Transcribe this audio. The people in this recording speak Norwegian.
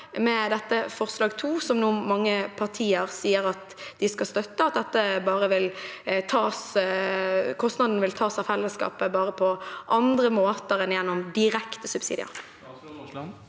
ved forslag nr. 2, som mange partier nå sier at de skal støtte – at kostnaden vil tas av fellesskapet, bare på andre måter enn gjennom direkte subsidier.